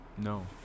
no